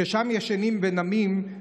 כששם ישנים ונמים,